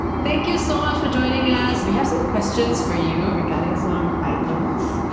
thank you so much for joining us we have some questions for you regarding some items